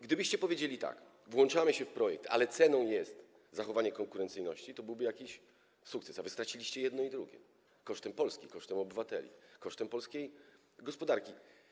Gdybyście powiedzieli tak: włączamy się w projekt, ale ceną jest zachowanie konkurencyjności, to byłby jakiś sukces, a wy straciliście jedno i drugie kosztem Polski, kosztem obywateli, kosztem polskiej gospodarki.